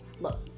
look